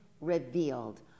revealed